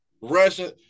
Russian